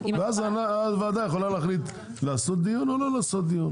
אז הוועדה יכולה להחליט אם לעשות דיון לא לעשות דיון,